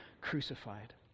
crucified